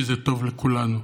כי זה טוב לכולנו.